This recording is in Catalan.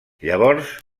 llavors